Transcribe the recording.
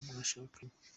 mwashakanye